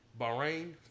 Bahrain